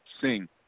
sing